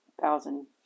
thousand